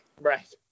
right